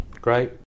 great